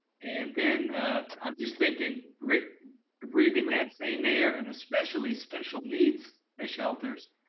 and then i'm just thinking re breathing that same air and especially special needs ah shelters.